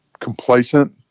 complacent